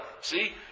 See